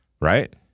right